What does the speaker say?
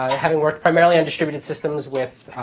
having worked primarily in distributed systems with